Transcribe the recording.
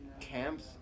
camps